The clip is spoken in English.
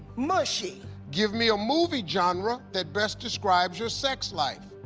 mushy. give me a movie genre that best describes your sex life.